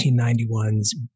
1991's